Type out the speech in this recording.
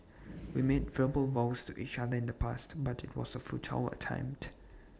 we made verbal vows to each other in the past but IT was A futile attempt